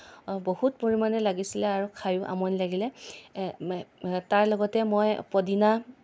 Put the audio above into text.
বহুত পৰিমাণে লাগিছিলে আৰু খায়ো আমনি লাগিলে তাৰ লগতে মই পদিনা